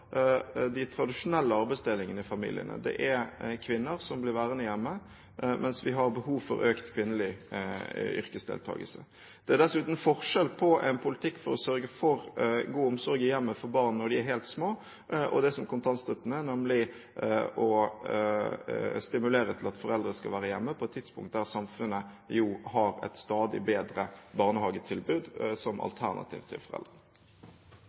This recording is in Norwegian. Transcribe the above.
tradisjonelle arbeidsdelingen i familiene. Det er kvinner som blir værende hjemme, mens vi har behov for økt kvinnelig yrkesdeltakelse. Det er dessuten forskjell på en politikk for å sørge for god omsorg i hjemmet for barn når de er helt små, og det som kontantstøtten gjør, nemlig å stimulere til at foreldre skal være hjemme på et tidspunkt da samfunnet jo har et stadig bedre barnehagetilbud som alternativ til